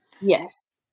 Yes